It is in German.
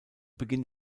beginn